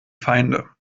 feinde